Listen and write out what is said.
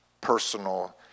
personal